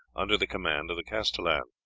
under the command of the castellan,